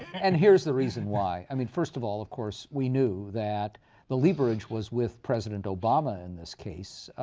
and here's the reason why. i mean, first of all, of course, we knew that the leverage was with president obama in this case,